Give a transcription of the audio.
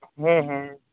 ᱦᱮᱸ ᱦᱮᱸ